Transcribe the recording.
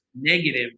negative